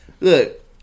look